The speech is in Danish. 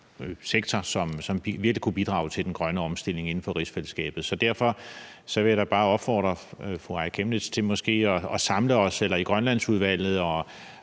som virkelig kunne bidrage til den grønne omstilling inden for rigsfællesskabet. Derfor vil jeg da bare opfordre fru Aaja Chemnitz til måske at samle os eller gå i Grønlandsudvalget og